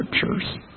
scriptures